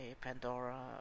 Pandora